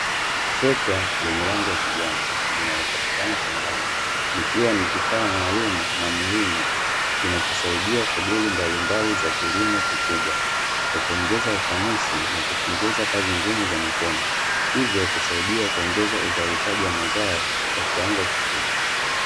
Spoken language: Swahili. Trekta lenye rangi ya kijani linalopatikana shambani, likiwa ni kifaa maalumu na muhimu kinachosaidia shughuli mbalimbali za kilimo kikubwa kwa kuongeza ufanisi na kupunguza kazi ngumu za mikono, hivyo kusaidia kuongeza uzalishaji wa mazao kwa kiwango kikubwa.